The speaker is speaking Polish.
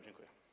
Dziękuję.